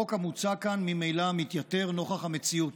החוק המוצע כאן ממילא מתייתר נוכח המציאות,